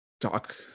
talk